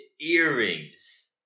earrings